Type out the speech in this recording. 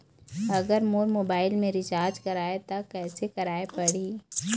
अगर मोर मोबाइल मे रिचार्ज कराए त कैसे कराए पड़ही?